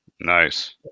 Nice